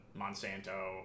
Monsanto